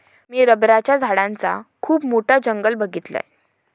मी रबराच्या झाडांचा खुप मोठा जंगल बघीतलय